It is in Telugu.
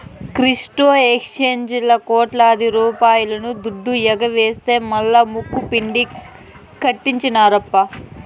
క్రిప్టో ఎక్సేంజీల్లా కోట్లాది రూపాయల దుడ్డు ఎగవేస్తె మల్లా ముక్కుపిండి కట్టించినార్ప